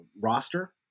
roster